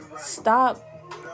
Stop